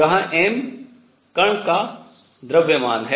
यहाँ m कण का द्रव्यमान है